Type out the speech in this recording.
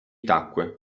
tacque